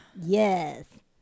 yes